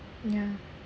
ya